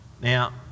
Now